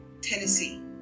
Tennessee